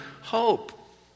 hope